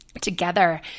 together